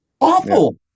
awful